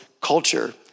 culture